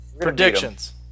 predictions